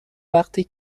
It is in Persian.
وقتی